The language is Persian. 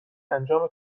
انجام